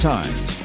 Times